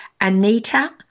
Anita